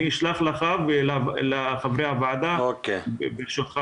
אני אשלח לך ולחברי הוועדה, ברשותך.